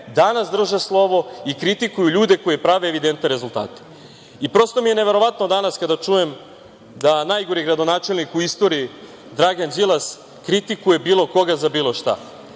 danas drže slovo i kritikuju ljude koji prave evidentne rezultate. I prosto mi je neverovatno danas kada čujem da najgori gradonačelnik u istoriji Dragan Đilas kritikuje bilo koga za bilo šta. Vi